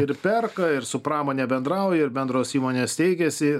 ir perka ir su pramone bendrauja ir bendros įmonės steigiasi